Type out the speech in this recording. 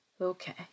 Okay